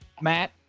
Matt